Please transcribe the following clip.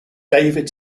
david